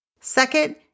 Second